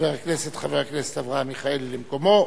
חבר הכנסת אברהם מיכאלי, למקומו.